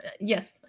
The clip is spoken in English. Yes